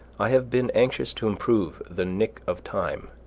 i have been anxious to improve the nick of time,